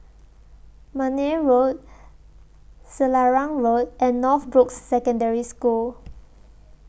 Marne Road Selarang Road and Northbrooks Secondary School